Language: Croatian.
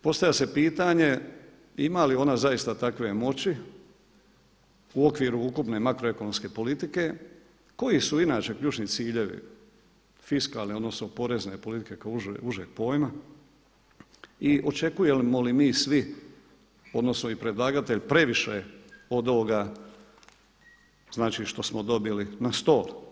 Postavlja se pitanje, ima li ona zaista takve moći u okviru ukupne makroekonomske politike koji su inače ključni ciljevi, fiskalne odnosno porezne politike kao užeg pojma i očekujemo li mi svi odnosno i predlagatelj previše od ovoga što smo dobili na stol?